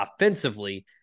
offensively